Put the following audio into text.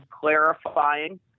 clarifying